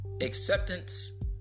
Acceptance